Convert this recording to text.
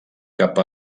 cap